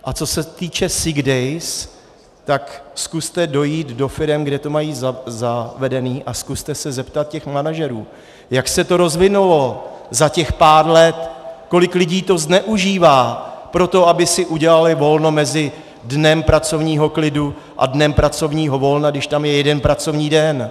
A co se týče sick days, tak zkuste dojít do firem, kde to mají zavedené, a zkuste se zeptat těch manažerů, jak se to rozvinulo za těch pár let, kolik lidí to zneužívá pro to, aby si udělali volno mezi dnem pracovního klidu a dnem pracovního volna, když tam je jeden pracovní den.